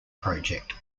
project